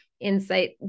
insight